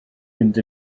mynd